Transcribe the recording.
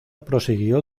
prosiguió